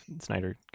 Snyder